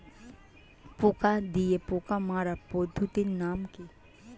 পোকা দিয়ে পোকা মারার পদ্ধতির নাম কি?